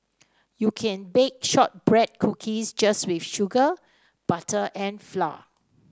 you can bake shortbread cookies just with sugar butter and flour